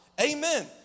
Amen